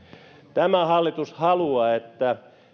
tämä hallitus haluaa että